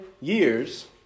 years